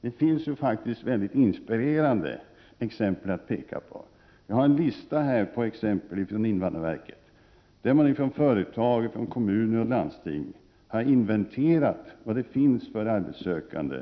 Det finns faktiskt mycket inspirerande exempel att peka på. Jag har en lista över sådana exempel från invandrarverket. Man har exempelvis från företag, kommuner och landsting inventerat vilka arbetssökande